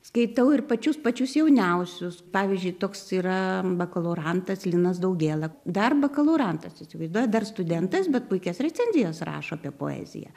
skaitau ir pačius pačius jauniausius pavyzdžiui toks yra bakalaurantas linas daugėla dar bakalaurantas įsivaizduojat dar studentas bet puikias recenzijas rašo apie poeziją